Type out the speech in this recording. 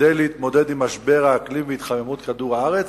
כדי להתמודד עם משבר האקלים והתחממות כדור-הארץ,